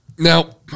Now